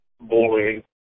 bullying